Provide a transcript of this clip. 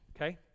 okay